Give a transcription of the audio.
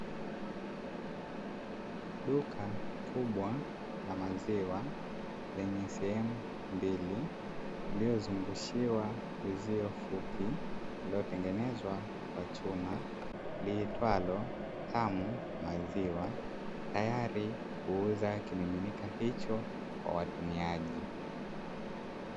Duka mkubwa la maziwa yenye sehemu mbili; iliyozungushiwa uzio mfupi, iliyotengenezwa kwa chuma liitwalo "Tamu Maziwa" tayari kuuza kimiminika hicho kwa watumiaji.